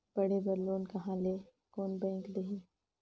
पढ़े बर लोन कहा ली? कोन बैंक देही?